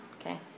okay